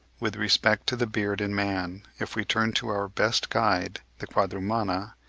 with respect to the beard in man, if we turn to our best guide, the quadrumana,